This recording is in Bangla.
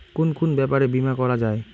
কুন কুন ব্যাপারে বীমা করা যায়?